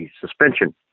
suspension